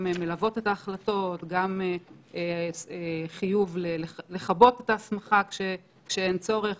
וגם חיוב לכבות את ההסמכה כשאין צורך,